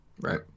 right